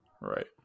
Right